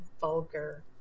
vulgar